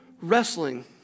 wrestling